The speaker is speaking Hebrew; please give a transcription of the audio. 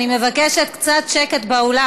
אני מבקשת קצת שקט באולם.